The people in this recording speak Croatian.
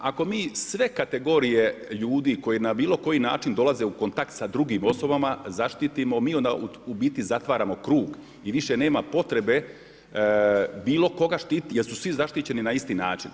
Ako mi sve kategorije ljudi koje na bilo koji način dolaze u kontakt sa drugim osobama zaštitimo, mi onda u biti zatvaramo krug i više nema potrebe bilo koga štititi jer su svi zaštićeni na isti način.